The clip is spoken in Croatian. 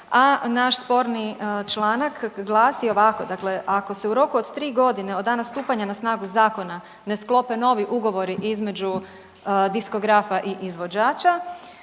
a naš sporni članak glasi ovako, dakle ako se u roku od 3 godine od dana stupanja na snagu zakona ne sklope novi ugovori između diskografa i izvođača